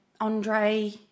Andre